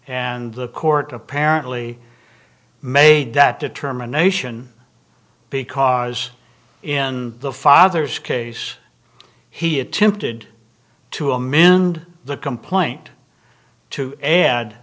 and the court apparently made that determination because in the father's case he attempted to amend the complaint to add